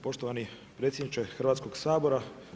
Poštovani predsjedniče Hrvatskog sabora.